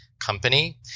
company